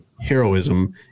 heroism